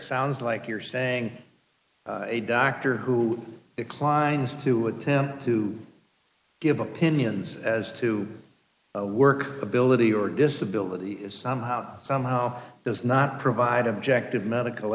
sounds like you're saying a doctor who declined to attempt to give opinions as to work ability or disability is somehow somehow does not provide objective medical